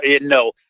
no